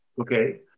okay